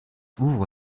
ouvre